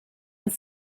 the